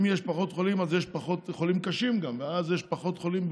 אם יש פחות חולים אז יש גם פחות חולים קשים,